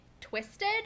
twisted